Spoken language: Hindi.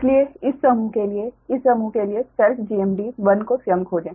इसलिए इस समूह के लिए इस समूह के लिए सेल्फ GMD 1 को स्वयं खोजें